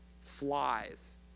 flies